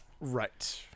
right